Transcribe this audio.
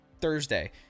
Thursday